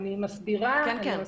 מבינה.